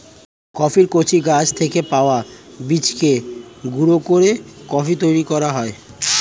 কফির কচি গাছ থেকে পাওয়া বীজকে গুঁড়ো করে কফি তৈরি করা হয়